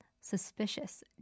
suspicious